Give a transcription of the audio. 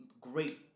great